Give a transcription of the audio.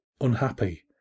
unhappy